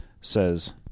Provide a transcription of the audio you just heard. says